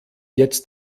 jetzt